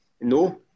No